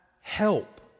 help